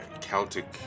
Celtic